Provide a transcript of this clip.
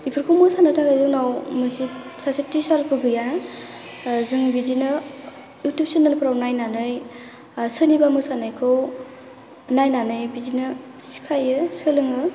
बेफोरखौ मोसानोथाखाय जोंनाव मोनसे सासे थिसारबो गैया जों बिदिनो इउथुब सेनेलफोराव नायनानै सोरनिबा मोसानायखौ नायनानै बिदिनो सिखायो सोलोङो